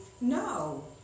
No